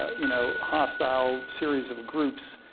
ah you know, hostile series of groups